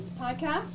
podcast